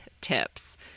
tips